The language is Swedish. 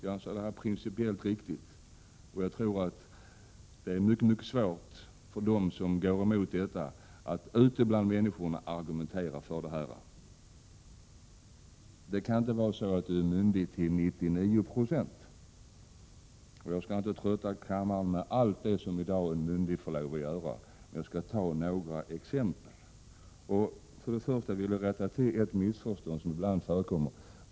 Jag anser det vara principiellt riktigt, och jag tror att det är mycket svårt för dem som går emot detta att ute bland människorna argumentera för sin ståndpunkt. Man kan inte vara myndig till 99 96. Jag skall inte trötta kammaren med att räkna upp allt det som en myndig får göra, men jag skall ta några exempel. Först och främst vill jag rätta till ett missförstånd som ibland förekommer.